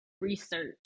research